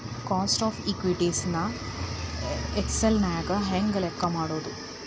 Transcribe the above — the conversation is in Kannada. ಕಾಸ್ಟ್ ಆಫ್ ಇಕ್ವಿಟಿ ನ ಎಕ್ಸೆಲ್ ನ್ಯಾಗ ಹೆಂಗ್ ಲೆಕ್ಕಾ ಮಾಡೊದು?